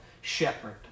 shepherd